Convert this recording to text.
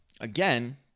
again